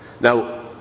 Now